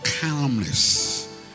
calmness